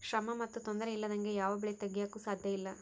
ಶ್ರಮ ಮತ್ತು ತೊಂದರೆ ಇಲ್ಲದಂಗೆ ಯಾವ ಬೆಳೆ ತೆಗೆಯಾಕೂ ಸಾಧ್ಯಇಲ್ಲ